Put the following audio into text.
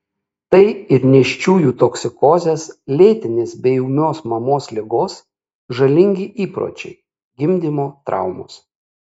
tai ir nėščiųjų toksikozės lėtinės bei ūmios mamos ligos žalingi įpročiai gimdymo traumos